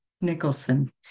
Nicholson